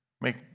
Make